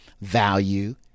value